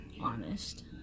Honest